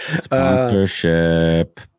Sponsorship